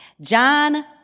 John